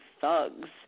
thugs